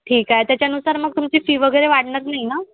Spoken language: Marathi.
ठीक आहे त्याच्यानुसार मग तुमची फी वगैरे वाढणार नाही ना